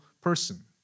person